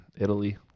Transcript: Italy